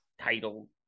title